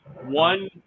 One